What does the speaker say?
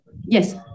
Yes